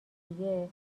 دیگه